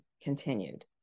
continued